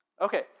Okay